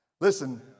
Listen